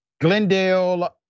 Glendale